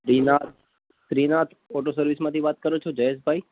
Shrinath Shrinath auto સર્વિસમાંથી વાત કરો છો જયેશભાઈ